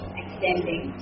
extending